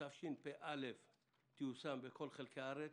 ובשנת תשפ"א תיושם בכל חלקי הארץ.